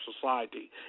society